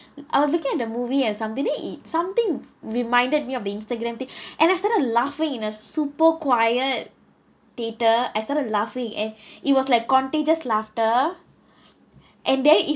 I was looking at the movie or something and then it something reminded me about instagram thing and I suddenly laughing in a super quiet theatre I started laughing and it was like contagious laughter and then it